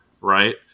right